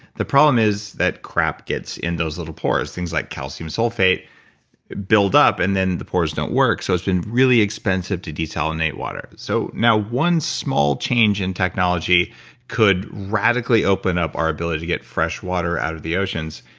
the problem is that crap gets in those little pores. things like calcium sulfate build up and then the pores don't work so it's been really expensive to desalinate water. so, now one small change in technology could radically open up our ability at fresh water out of the oceans.